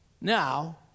Now